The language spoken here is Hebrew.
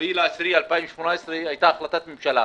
שב-4 באוקטובר 2018 הייתה החלטת ממשלה,